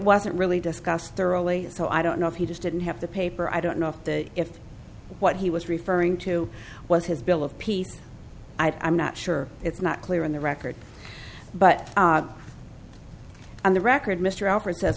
wasn't really discussed thoroughly so i don't know if he just didn't have the paper i don't know if what he was referring to was his bill of peace i'm not sure it's not clear on the record but on the record mr alford says